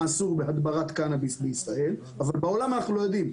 אסור בהדברת קנאביס בישראל אבל בעולם אנחנו לא יודעים,